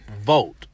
vote